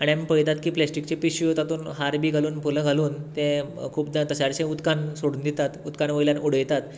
आनी आमी पळयतात की प्लास्टीकच्यो पिशव्यो तातूंत हार बी घालून फुलां घालून ते खुबदां तश्या तशें उदकांत सोडून दितात उदकांत वयल्यान उडयतात